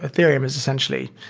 ethereum is essentially